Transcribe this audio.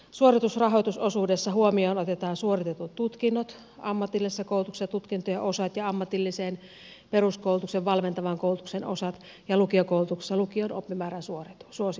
suoritusrahoitusosuudessa huomioon otetaan suoritetut tutkinnot ammatillisessa koulutuksessa tutkintojen osat ja ammatilliseen peruskoulutukseen valmentavan koulutuksen osat ja lukiokoulutuksessa lukion oppimäärän suoritukset